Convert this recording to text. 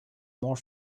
more